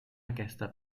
aquesta